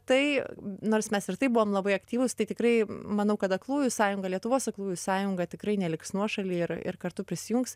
tai nors mes ir taip buvom labai aktyvūs tai tikrai manau kad aklųjų sąjunga lietuvos aklųjų sąjunga tikrai neliks nuošaly ir ir kartu prisijungs